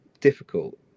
difficult